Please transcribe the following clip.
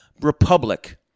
republic